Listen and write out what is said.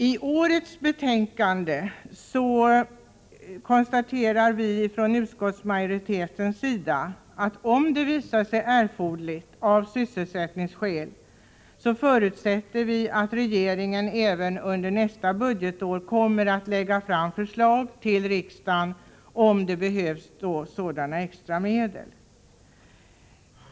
I årets betänkande förutsätter utskottsmajoriteten att regeringen om det visar sig erforderligt av sysselsättningsskäl även under nästa budgetår kommer att lägga fram förslag till riksdagen om sådana extra medel.